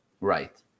Right